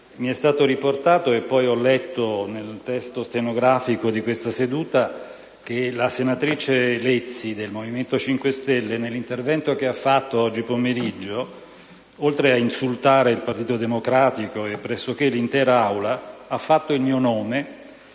mi è stato riportato - poi l'ho letto nel Resoconto stenografico della seduta odierna - che la senatrice Lezzi del Gruppo Movimento 5 Stelle, nell'intervento svolto oggi pomeriggio, oltre ad insultare il Partito Democratico e pressoché l'intera Assemblea, ha fatto il mio nome